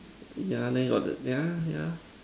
yeah then got the yeah yeah